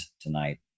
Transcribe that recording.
tonight